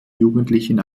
jugendlichen